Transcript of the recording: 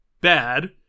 bad